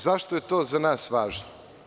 Zašto je to za nas važno?